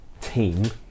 team